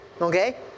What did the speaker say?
Okay